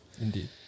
Indeed